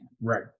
right